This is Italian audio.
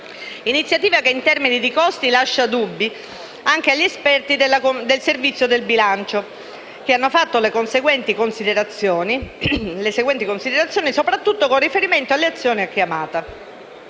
iniziativa, che in termini di costi lascia dubbi anche agli esperti del Servizio del bilancio, che hanno fatto le seguenti considerazioni, soprattutto con riferimento alle azioni a chiamata.